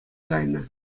кайнӑ